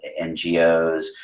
NGOs